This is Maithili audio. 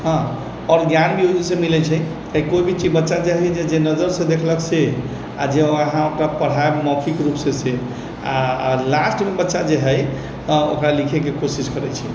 हऽ आओर ज्ञान भी ओहि से मिलैत छै किएकि कोइ भी चीज बच्चा जे हइ जे नजरसँ देखलक से आ जे अहाँ पढ़ाएब मौखिक रूपसँ से आ लास्टमे बच्चा जे हइ ओकरा लिखैके कोशिश करैत छै